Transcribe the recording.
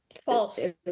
false